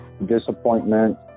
disappointment